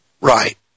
right